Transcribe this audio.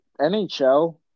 NHL